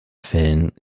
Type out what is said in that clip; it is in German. fällen